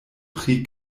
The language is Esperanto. pri